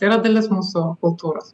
tai yra dalis mūsų kultūros